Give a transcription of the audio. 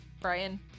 Brian